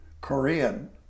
Korean